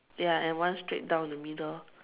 ya and one straight down in the middle